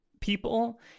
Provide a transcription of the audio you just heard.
people